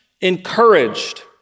encouraged